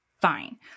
fine